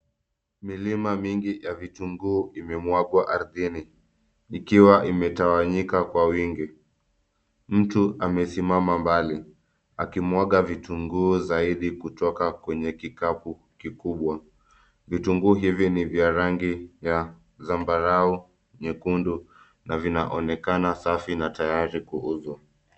Milima mingi ya vitunguu ime mwagwa ardhini likiwa ime tawanyika kwa wingi. Mtu amesimama mbali aki mwaga vitunguu za hedhi kutoka kwenye kikapu kikubwa. Vitunguu hivi ni vya rangi ya zambarau nyekundu na vinaonekana safi na tayari kuuzwa.